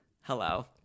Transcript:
hello